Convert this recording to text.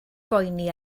boeni